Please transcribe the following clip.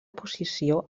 posició